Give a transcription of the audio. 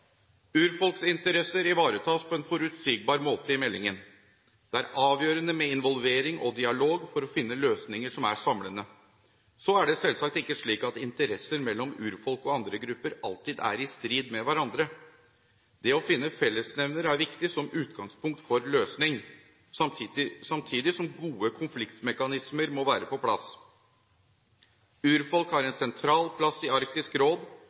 Urfolksinteresser ivaretas på en forutsigbar måte i meldingen. Det er avgjørende med involvering og dialog for å finne løsninger som er samlende. Så er det selvsagt ikke slik at interesser mellom urfolk og andre grupper alltid er i strid med hverandre. Det å finne fellesnevnere er viktig som utgangspunkt for løsning, samtidig som gode konfliktmekanismer må være på plass. Urfolk har en sentral plass i Arktisk råd,